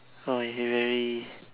oh you very